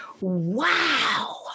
wow